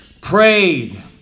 prayed